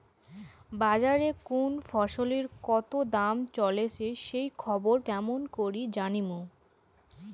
বাজারে কুন ফসলের কতো দাম চলেসে সেই খবর কেমন করি জানীমু?